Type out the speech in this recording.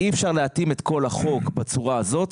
אי אפשר להתאים את כל החוק בצורה הזו,